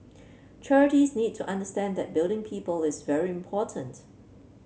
charities need to understand that building people is very important